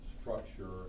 structure